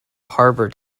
harbor